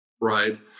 right